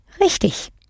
Richtig